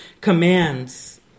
commands